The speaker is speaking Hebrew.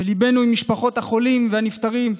וליבנו עם משפחות החולים והנפטרים.